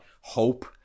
hope